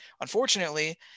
unfortunately